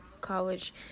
college